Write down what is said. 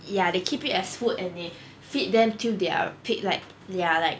ya they keep it as food and they feed them till they are pig like they are like